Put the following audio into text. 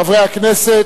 חברי הכנסת,